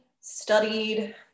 studied